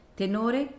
tenore